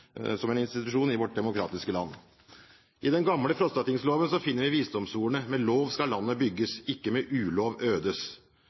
institusjon i vårt demokratiske land. I den gamle Frostatingsloven finner vi visdomsordene: Med lov skal